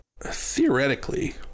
theoretically